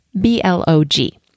B-L-O-G